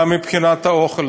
גם מבחינת האוכל,